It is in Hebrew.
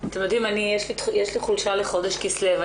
יש לי חולשה לחודש כסלו,